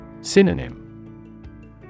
Synonym